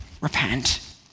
Repent